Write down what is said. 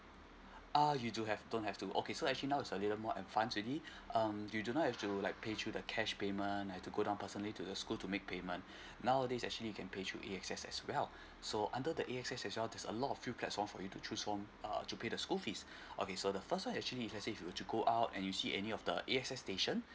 uh you do have don't have to okay so actually now is a little more advance already um you do not have to like pay through the cash payment have to go down personally to the school to make payment nowadays actually you can pay through A_X_S as well so under the A_S_X as well there's a lot of for you to choose from uh to pay the school fees okay so the first one is actually is let's say if you were to go out and you see any of the A_S_X station